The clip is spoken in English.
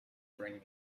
bring